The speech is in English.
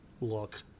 look